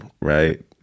Right